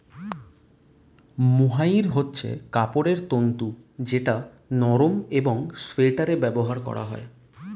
mohair হচ্ছে কাপড়ের তন্তু যেটা নরম একং সোয়াটারে ব্যবহার করা হয়